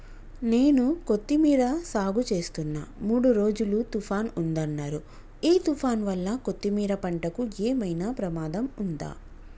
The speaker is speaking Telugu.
నేను కొత్తిమీర సాగుచేస్తున్న మూడు రోజులు తుఫాన్ ఉందన్నరు ఈ తుఫాన్ వల్ల కొత్తిమీర పంటకు ఏమైనా ప్రమాదం ఉందా?